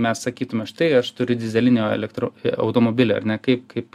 mes sakytume štai aš turiu dyzelinio elektra automobilį ar ne kaip kaip